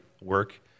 Work